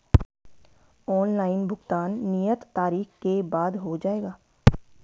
Online भुगतान नियत तारीख के बाद हो जाएगा?